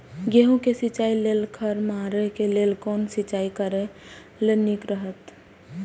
गेहूँ के सिंचाई लेल खर मारे के लेल कोन सिंचाई करे ल नीक रहैत?